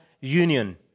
union